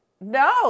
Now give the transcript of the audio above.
No